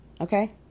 Okay